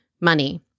money